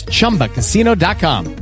Chumbacasino.com